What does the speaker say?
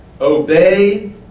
Obey